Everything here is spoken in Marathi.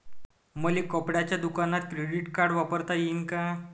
मले कपड्याच्या दुकानात क्रेडिट कार्ड वापरता येईन का?